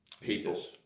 people